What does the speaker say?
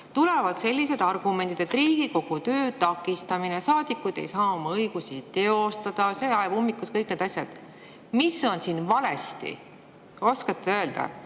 tulevad sellised argumendid, et Riigikogu töö on takistatud, saadikud ei saa oma õigusi teostada, see ajab ummikusse – kõik need asjad. Mis on siin valesti? Oskate öelda,